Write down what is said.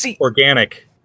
organic